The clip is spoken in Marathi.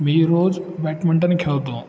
मी रोज बॅडमिंटन खेळतो